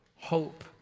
hope